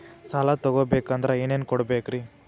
ಸಾಲ ತೊಗೋಬೇಕಂದ್ರ ಏನೇನ್ ಕೊಡಬೇಕ್ರಿ?